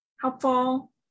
helpful